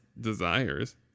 desires